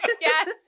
Yes